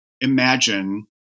imagine